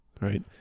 right